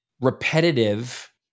repetitive